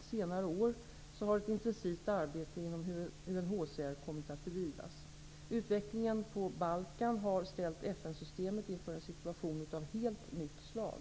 senare år har ett intensivt arbete inom UNHCR kommit att bedrivas. Utvecklingen på Balkan har ställt FN-systemet inför en situation av ett helt nytt slag.